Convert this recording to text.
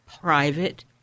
private